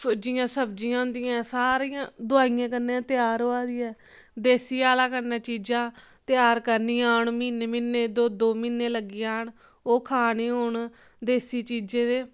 जियां सब्जियां होंदियां ऐ सारियां दवाइयें कन्नै गै त्यार होआ दी ऐ देसी हैल कन्नै चीजां त्यार करनियां होन म्हीने म्हीने दो म्हीने लग्गी जान ओह् खाने होन देसी चीजें दे